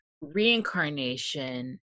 reincarnation